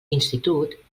institut